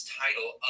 title